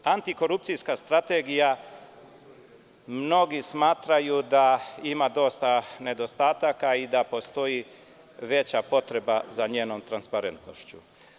Antikorupcijska strategija, mnogi smatraju da ima dosta nedostataka i da postoji veća potreba za njenom transparentnošću.